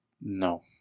No